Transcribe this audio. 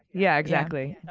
yeah exactly.